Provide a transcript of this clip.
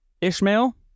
Ishmael